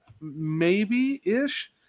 maybe-ish